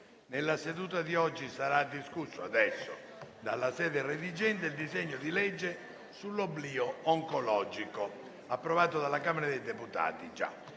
Nella seduta di oggi sarà discusso, dalla sede redigente, il disegno di legge sull'oblio oncologico, approvato dalla Camera dei deputati.